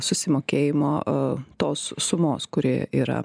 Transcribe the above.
susimokėjimo tos sumos kuri yra